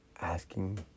Asking